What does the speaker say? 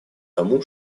тому